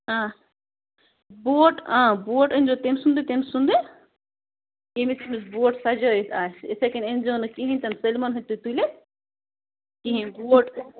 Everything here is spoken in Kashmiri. بوٹ آ بوٹ أنۍ زیو تمۍ سُنٛدٕے تمۍ سُنٛدٕے ییٚمِس ییٚمِس بوٹ سَجٲیِتھ آسہِ اِتھَے کٔنۍ أنۍزیو نہٕ کِہیٖنۍ سٲلمَن ہٕنٛدۍ تُہۍ تُلِتھ کِہیٖنۍ بوٹ